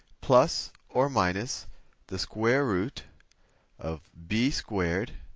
plus or minus the square root of b squared